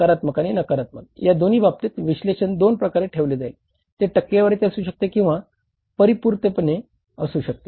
सकारात्मक आणि नकारात्मक या दोन्ही बाबतीत विश्लेषण दोन प्रकारे ठरविले जाईल ते टक्केवारीत असू शकते किंवा परिपूर्णतेत असू शकते